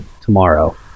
tomorrow